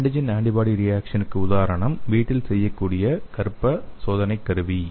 antigen antibody ரியேக்சனுக்கு உதாரணம் வீட்டில் செய்யக்கூடிய கர்ப்ப சோதனை கருவி